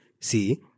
See